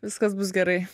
viskas bus gerai